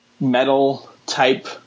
metal-type